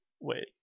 Wait